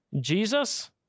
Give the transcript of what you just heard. Jesus